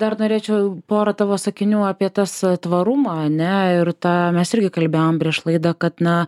dar norėčiau porą tavo sakinių apie tas tvarumą ane ir tą mes irgi kalbėjom prieš laidą kad na